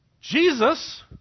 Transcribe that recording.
Jesus